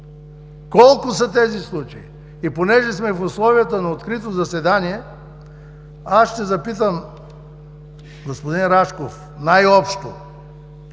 Колко са тези случаи? И понеже сме в условията на открито заседание, ще запитам господин Рашков най-общо: